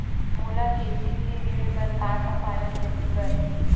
मोला के.सी.सी ऋण बर का का फारम दही बर?